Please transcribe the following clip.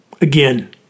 Again